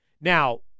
Now